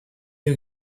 you